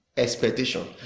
Expectation